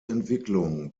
entwicklung